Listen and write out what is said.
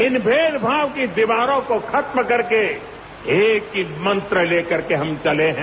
इन भेदभाव की दीवारों को खत्म करके एक ही मंत्र ले करके हम चले हैं